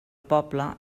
poble